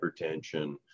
hypertension